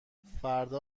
فردا